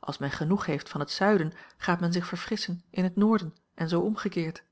als men genoeg heeft van het zuiden gaat men zich verfrisschen in het noorden en zoo omgekeerd